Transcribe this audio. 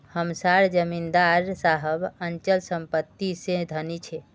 हम सार जमीदार साहब अचल संपत्ति से धनी छे